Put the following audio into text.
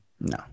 no